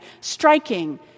striking